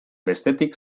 bestetik